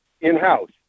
in-house